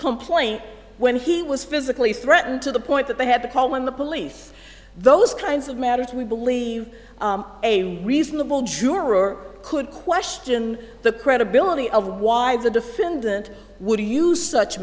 complain when he was physically threatened to the point that they had to call in the police those kinds of matters we believe a reasonable juror could question the credibility of why the defendant would use such